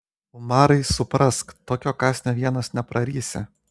umarai suprask tokio kąsnio vienas neprarysi